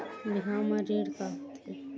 बिहाव म ऋण का होथे?